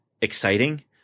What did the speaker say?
exciting